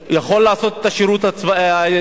הוא יכול לעשות את השירות האזרחי,